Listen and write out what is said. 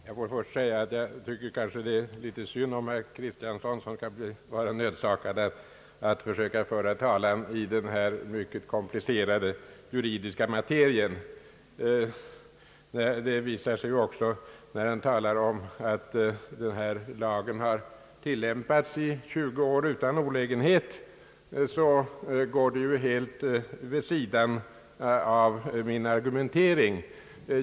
Herr talman! Jag får först säga kammaren att jag tycker att det är litet synd om herr Kristiansson som är nödsakad att föra talan i denna mycket komplicerade juridiska materia. När herr Kristiansson talar om att denna lag tillämpats i 20 år utan olägenhet går det helt vid sidan av min argumentering.